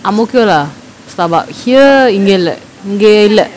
அமுக்கு:amukku lah Starbucks here இங்க இல்ல இங்கயே இல்ல:inga illa ingayae illa